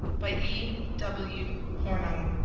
by e. w. hornung